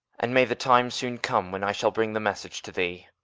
and may the time soon come when i shall bring the message to thee!